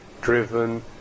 driven